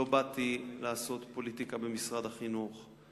לא באתי לעשות פוליטיקה במשרד החינוך.